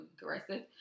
aggressive